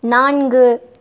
நான்கு